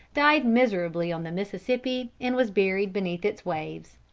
died miserably on the mississippi, and was buried beneath its waves.